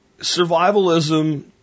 survivalism